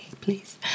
please